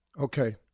Okay